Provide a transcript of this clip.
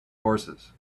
horses